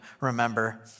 remember